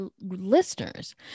listeners